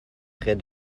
près